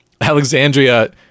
Alexandria